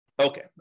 Okay